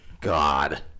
God